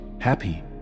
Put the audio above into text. happy